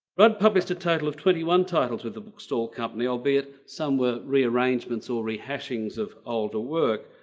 rudd published a total of twenty one titles with the bookstall company. albeit some were rearrangements or rehashing of older work,